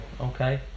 Okay